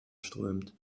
strömt